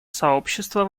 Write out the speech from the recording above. сообщество